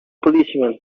policeman